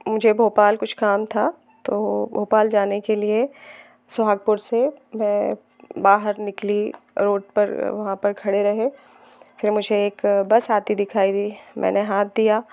मुझे भोपाल कुछ काम था तो भोपाल जाने के लिए सोहागपुर से मैं बाहर निकली रोड पर वहाँ पर खड़े रहे फिर मुझे एक बस आती दिखाई दी मैंने हाथ दिया